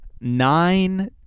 nine